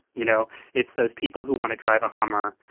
you know it's those people who want to drive a hummer,